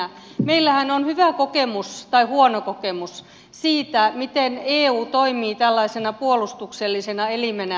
meillähän on hyvä kokemus tai huono kokemus siitä miten eu toimii tällaisena puolustuksellisena elimenä